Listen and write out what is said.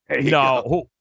no